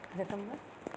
अवगतं वा